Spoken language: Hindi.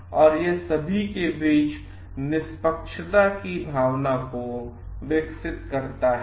तो यह सभी के बीच निष्पक्षता की भावना विकसित करता है